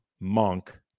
Monk